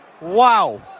Wow